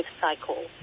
cycle